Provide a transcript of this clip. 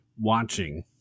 watching